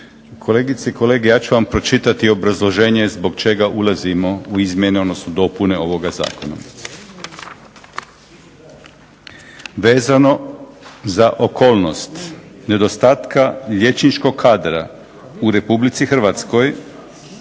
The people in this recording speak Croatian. Kolegice i kolege, ja ću vam pročitati obrazloženje zbog čega ulazimo u izmjene, odnosno dopune ovoga Zakona. Vezano za okolnost nedostatka liječničkog kadra u Republici Hrvatskoj,